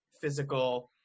physical